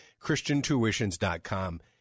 ChristianTuitions.com